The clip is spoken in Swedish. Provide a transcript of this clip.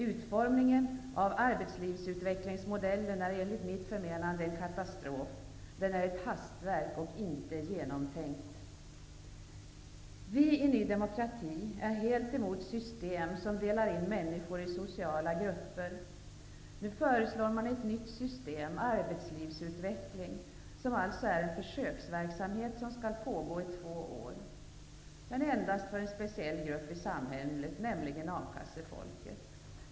Utformningen av arbetslivsutvecklingsmodellen är enligt mitt förmenande en katastrof. Den är ett hastverk och inte genomtänkt. Vi i Ny demokrati är helt emot system som delar in människor i sociala grupper. Nu föreslår man ett nytt system, arbetslivsutveckling, som alltså är en försöksverksamhet som skall pågå i två år, men endast för en speciell grupp i samhället, nämligen A-kassefolket.